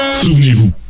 Souvenez-vous